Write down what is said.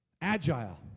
agile